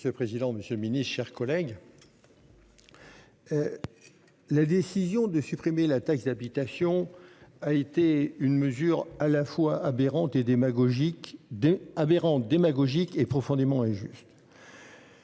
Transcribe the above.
Monsieur le président, monsieur le ministre, mes chers collègues, la décision de supprimer la taxe d'habitation a été une mesure à la fois aberrante, démagogique et profondément injuste.